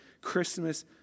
Christmas